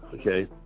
okay